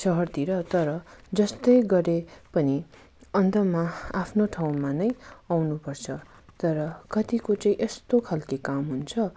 सहरतिर तर जस्तै गरे पनि अन्तमा आफ्नो ठाउँमा नै आउनुपर्छ तर कतिको चाहिँ यस्तो खालको काम हुन्छ